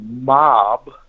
mob